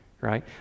right